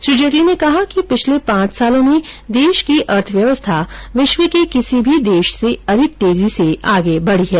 श्री जेटली ने कहा कि पिछले पांच सालों में देश की अर्थव्यवस्था विश्व के किसी भी देश से अधिक तेजी से आगे बढ़ी है